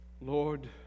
Lord